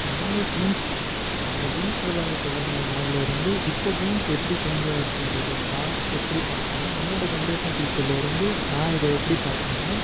நாங்கள் கேம்ஸ் நாங்கள் கேம்ஸ் விளையாட தொடங்க நாளில் இருந்து இப்போ கேம்ஸ் எப்படி சேஞ்ச் ஆயிருக்குன்றது நான் எப்படி பார்க்குறேனா என்னோட ஜென்ரேஷன் பீப்பிளில் இருந்து நான் இதை எப்படி பார்க்குறேனா